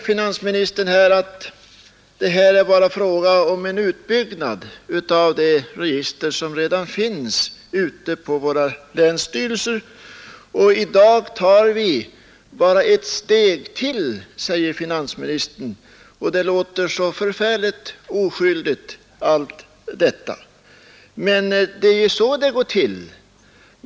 Finansministern säger att det bara är fråga om en utbyggnad av de register som redan finns ute på våra länsstyrelser och att vi i dag bara tar ett steg till på den vägen. Det låter så förfärligt oskyldigt, när finansministern säger detta. Men det är ju så det går till.